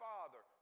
Father